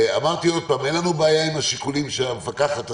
אמרתי עוד פעם שאין לנו בעיה עם השיקולים שהמפקחת עשתה.